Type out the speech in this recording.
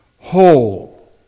whole